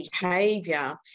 behavior